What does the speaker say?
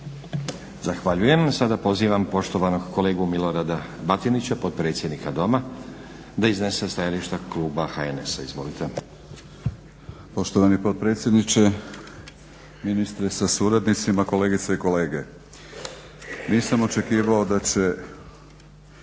Zahvaljujem. Sada pozivam poštovanog kolegu Milorada Batinića, potpredsjednika Doma da iznese stajališta kluba HNS-a. Izvolite. **Batinić, Milorad (HNS)** Poštovani potpredsjedniče, ministre sa suradnicima, kolegice i kolege. Nisam očekivao da će